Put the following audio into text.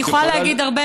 אני יכולה להגיד הרבה,